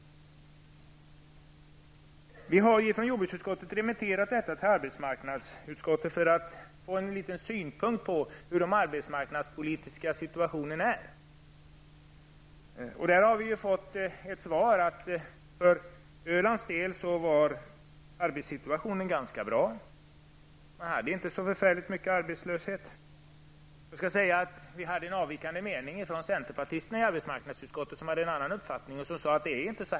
Jordbruksutskottet har remitterat detta till arbetsmarknadsutskottet för att få synpunkter på hur den arbetsmarknadspolitiska situationen är. Vi har fått svaret att för Ölands del är arbetssituationen ganska bra. Arbetslösheten är inte så hög där. Centerpartisterna i arbetsmarknadsutskottet hade en annan uppfattning.